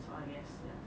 so I guess ya